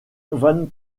van